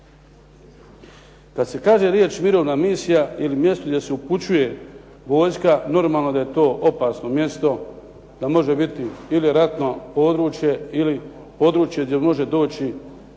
Kad se kaže riječ mirovna misija ili mjesto gdje se upućuje vojska normalno da je to opasno mjesto, da može biti ili ratno područje ili područje gdje može doći